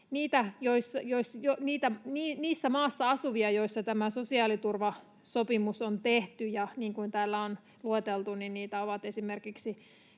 niissä maassa asuvia, joissa tämä sosiaaliturvasopimus on tehty, ja niin kuin täällä on lueteltu,